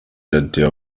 yateye